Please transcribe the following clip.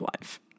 life